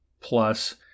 plus